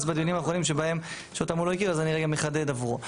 בדיונים האחרונים שאותם הוא לא הכיר אז אני גם מחדד עבורו.